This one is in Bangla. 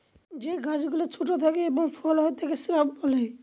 যে গাছ গুলো ছোট থাকে এবং ফল হয় তাকে শ্রাব বলে